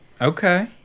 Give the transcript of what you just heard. Okay